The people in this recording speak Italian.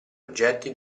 oggetti